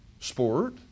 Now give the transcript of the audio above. sport